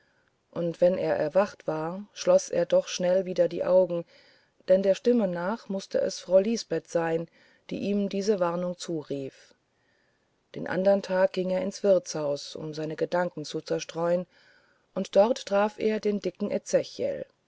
und wenn er erwacht war schloß er doch schnell wieder die augen denn der stimme nach mußte es frau lisbeth sein die ihm diese warnung zurief den andern tag ging er ins wirtshaus um seine gedanken zu zerstreuen und dort traf er den dicken